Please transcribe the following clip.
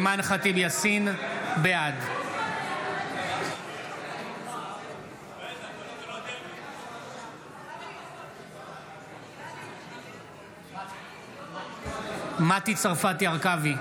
אימאן חטיב יאסין, בעד מטי צרפתי הרכבי,